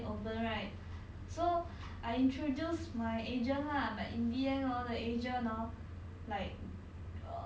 err work at N_T_U_C cause that time only like only left N_T_U_C that that is remain open right